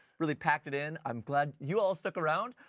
really packed it in. i'm glad you all stuck around.